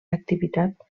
activitat